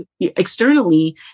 externally